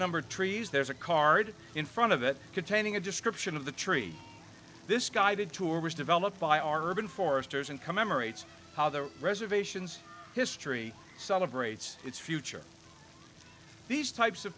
number trees there's a card in front of it containing a description of the tree this guided tour was developed by our urban foresters and commemorates how the reservations history celebrates its future these types of